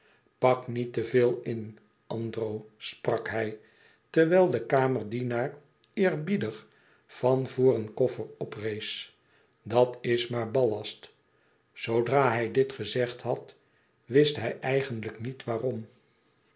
pak niet te veel in andro sprak hij terwijl de kamerdienaar eerbiedig van voor een koffer oprees dat is maar ballast zoodra hij dit gezegd had wist hij eigenlijk niet waarom